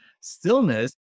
Stillness